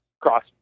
cross